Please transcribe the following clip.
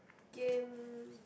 game